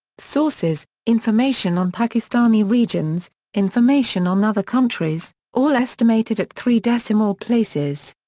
sources information on pakistani regions information on other countries all estimated at three decimal places.